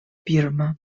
birmo